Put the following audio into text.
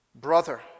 brother